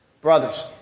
brothers